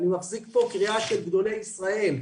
אני מחזיק פה קריאה של גדולי ישראל.